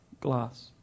glass